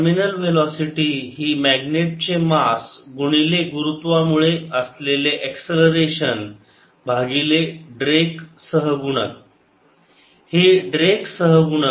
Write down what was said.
terminal velocity ही magnet चे mass गुणिले गुरुत्वा मुळे असलेले एक्सलररेशन भागिले ड्रेक सहगुणक